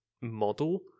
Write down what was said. model